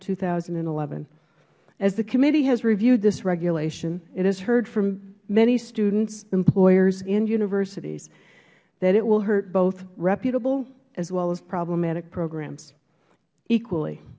two thousand and eleven as the committee has reviewed this regulation it has heard from many students employers and universities that it will hurt both reputable as well as problematic programs equally